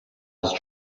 els